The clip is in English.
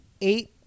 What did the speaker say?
eight